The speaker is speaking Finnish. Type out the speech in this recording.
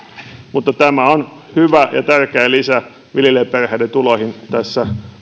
tämä on hyvä ja tärkeä lisä viljelijäperheiden tuloihin tässä